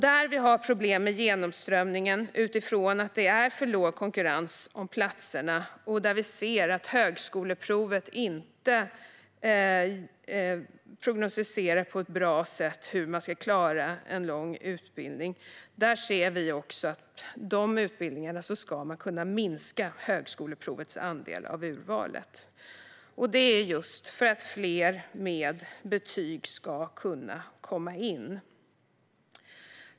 Där vi har problem med genomströmningen utifrån att det är för låg konkurrens om platserna och där vi ser att högskoleprovet inte prognostiserar på ett bra sätt hur någon ska klara en lång utbildning ska man kunna minska högskoleprovets andel av urvalet för de utbildningarna. Det är just för att fler med betyg ska kunna komma in.